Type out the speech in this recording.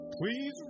Please